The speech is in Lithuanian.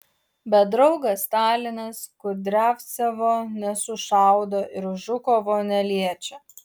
bet draugas stalinas kudriavcevo nesušaudo ir žukovo neliečia